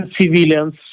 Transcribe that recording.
civilians